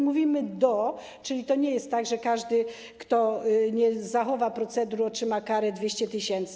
Mówimy: do, czyli to nie jest tak, że każdy, kto nie zachowa procedur, otrzyma karę 200 tys.